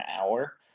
hour